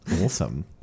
awesome